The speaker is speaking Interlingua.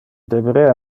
deberea